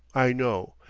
i know.